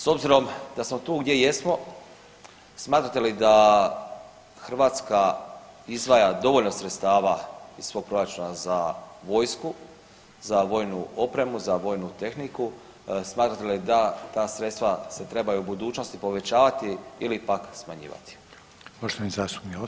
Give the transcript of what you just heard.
S obzirom da smo tu gdje jesmo smatrate li da Hrvatska izdvaja dovoljno sredstava iz svog proračuna za vojsku, za vojnu opremu, za vojnu tehniku, smatrate li da ta sredstva se trebaju u budućnosti povećavati ili pak smanjivati?